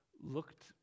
looked